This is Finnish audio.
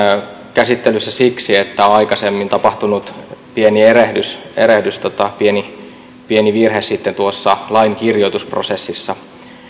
käsittelyssä siksi että on aikaisemmin tapahtunut pieni erehdys erehdys pieni pieni virhe sitten tuossa lain kirjoitusprosessissa